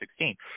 2016